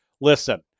listen